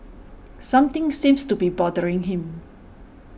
something seems to be bothering him